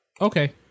Okay